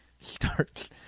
starts